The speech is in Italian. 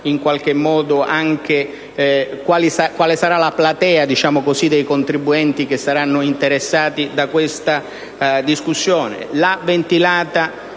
è così o meno e quale sarà la platea dei contribuenti che saranno interessati da questa discussione,